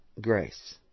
grace